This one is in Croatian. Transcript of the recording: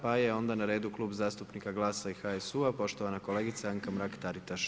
Pa je onda na redu Klub zastupnika GLAS-a i HSU-a poštovana kolegica Anka Mrak-Taritaš.